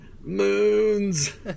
moons